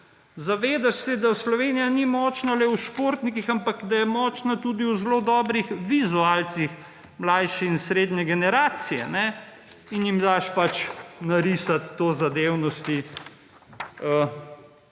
Zavedaš se, da Slovenija ni močna le v športnikih, ampak da je močna tudi v zelo dobrih vizualcih mlajše in srednje generacije in jim daš pač narisati to zavednosti,